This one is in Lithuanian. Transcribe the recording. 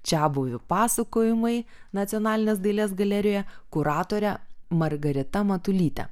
čiabuvių pasakojimai nacionalinės dailės galerijoje kuratore margarita matulyte